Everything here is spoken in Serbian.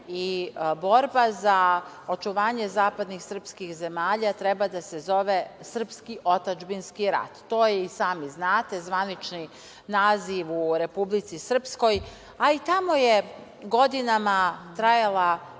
i borba za očuvanje zapadnih srpskih zemalja treba da se zove srpski otadžbinski rat. To i sami znate, zvanični naziv u Republici Srpskoj, a i tamo je godinama trajala